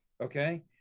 Okay